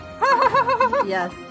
Yes